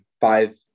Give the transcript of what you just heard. five